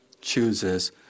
chooses